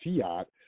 fiat